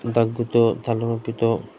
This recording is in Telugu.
దగ్గుతో తలనొప్పితో